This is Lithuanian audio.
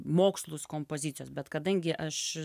mokslus kompozicijos bet kadangi aš